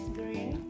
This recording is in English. green